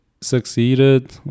succeeded